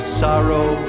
sorrow